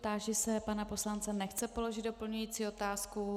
Táži se pana poslance nechce položit doplňující otázku.